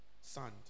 sand